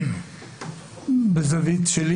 מהזווית שלי,